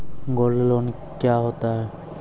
Gold loan loan क्या हैं?